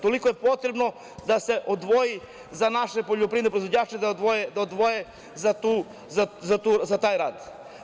Toliko je potrebno da se odvoji za naše poljoprivredne proizvođače, da odvoje za taj rad.